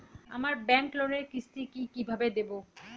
আমার ব্যাংক লোনের কিস্তি কি কিভাবে দেবো?